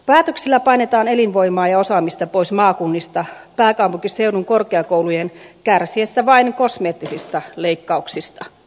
päätöksillä painetaan elinvoimaa ja osaamista pois maakunnista pääkaupunkiseudun korkeakoulujen kärsiessä vain kosmeettisista leikkauksista